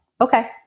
Okay